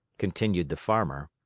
continued the farmer.